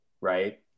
right